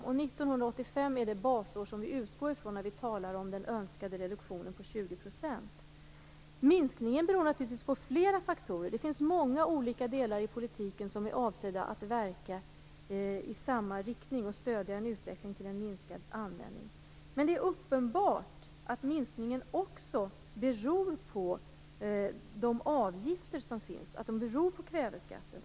Och 1985 är det basår som vi utgår från när vi talar om den önskade reduktionen på 20 %. Minskningen beror naturligtvis på flera faktorer. Det finns många olika delar i politiken som är avsedda att verka i samma riktning och stödja en utveckling till minskad användning. Men det är uppenbart att minskningen också beror på de avgifter som finns, som kväveskatten.